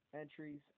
entries